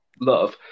love